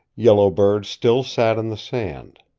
yellow bird still sat in the sand.